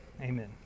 Amen